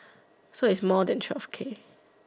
so is more than twelve K